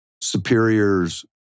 superiors